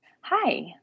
Hi